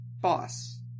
Boss